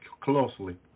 closely